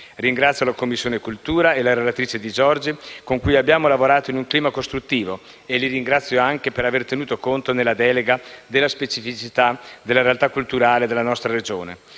Ringrazio la Commissione cultura e la relatrice Di Giorgi, con cui abbiamo lavorato in un clima costruttivo, e li ringrazio anche per aver tenuto conto nella delega della specificità della realtà culturale della nostra Regione.